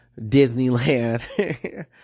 Disneyland